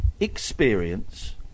Experience